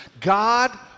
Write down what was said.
God